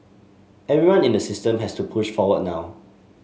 everyone in the system has to push forward now